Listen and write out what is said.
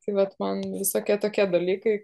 tai vat man visokie tokie dalykai